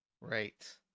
Right